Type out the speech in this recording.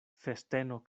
festeno